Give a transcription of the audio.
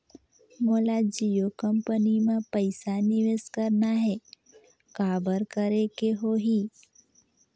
मोला जियो कंपनी मां पइसा निवेश करना हे, काबर करेके होही?